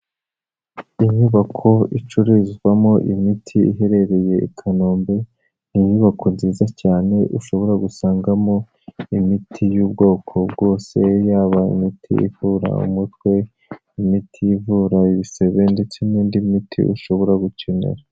Inyubako icururizwamo imiti iherereye i Kanombe. Ni inyubako nziza cyane ushobora gusangamo imiti y'ubwoko bwose yaba imiti ivura umutwe, imiti ivura ibisebe ndetse n'indi miti ushobora gukenera.